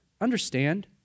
Understand